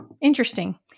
Interesting